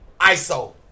Iso